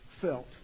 felt